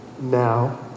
now